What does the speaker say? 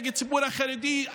נגד הציבור החרדי,